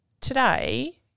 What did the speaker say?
today